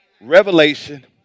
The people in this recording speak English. Revelation